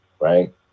right